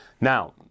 now